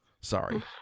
Sorry